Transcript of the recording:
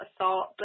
assault